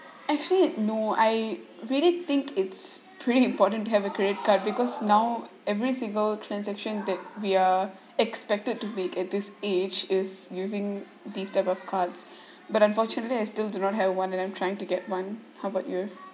actually no I really think it's pretty important to have a credit card because now every single transaction that we are expected to make at this age is using these type of cards but unfortunately I still do not have one and I'm trying to get one how about you